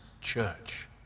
Church